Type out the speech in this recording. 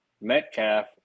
Metcalf